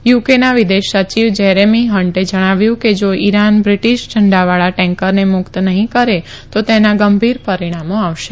યુકેના વિદેશ સચિવ જેરેમી હન્ટે જણાવ્યું કે જા ઇરાન બ્રિટીશ ઝંડાવાળા ટેન્કરને મુક્ત નહીં કરે તો તેના ગંભીર પરિણામો આવશે